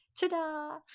Ta-da